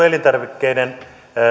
elintarvikkeiden